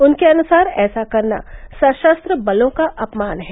उनके अनुसार ऐसा करना सशस्त्र बलों का अपमान है